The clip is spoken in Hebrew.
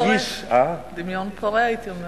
דמיון פורה, הייתי אומרת.